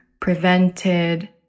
prevented